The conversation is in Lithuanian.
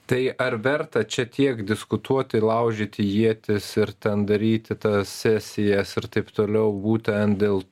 tai ar verta čia tiek diskutuoti laužyti ietis ir ten daryti tas sesijas ir taip toliau būtent dėl